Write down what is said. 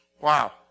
Wow